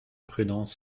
prudence